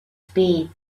spade